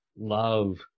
love